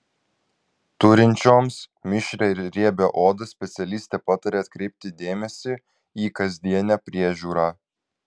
turinčioms mišrią ir riebią odą specialistė pataria atkreipti dėmesį į kasdienę priežiūrą